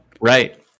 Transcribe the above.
Right